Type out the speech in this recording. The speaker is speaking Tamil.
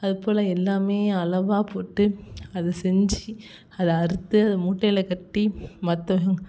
அதுப்போல் எல்லாமே அளவாக போட்டு அது செஞ்சு அதை அறுத்து அதை மூட்டையில் கட்டி மற்ற